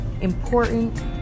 important